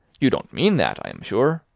you don't mean that, i am sure?